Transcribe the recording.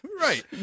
Right